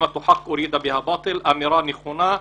זו אמירה נכונה,